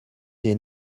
des